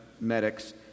medics